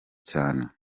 cyane